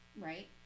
Right